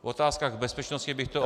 V otázkách bezpečnosti bych to